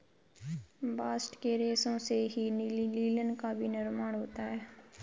bast के रेशों से ही लिनन का भी निर्माण होता है